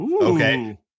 okay